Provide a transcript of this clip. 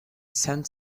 send